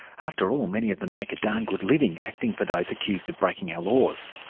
after all, many of them make a darn good living acting for those accused of breaking our laws,